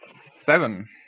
Seven